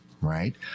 right